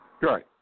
Right